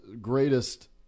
greatest